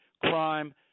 crime